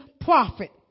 prophet